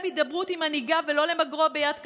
הידברות עם מנהיגיו ולא למגרו ביד קשה,